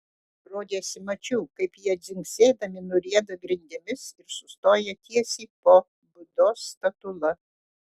rodėsi mačiau kaip jie dzingsėdami nurieda grindimis ir sustoja tiesiai po budos statula